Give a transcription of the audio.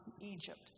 Egypt